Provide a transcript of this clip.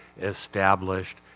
established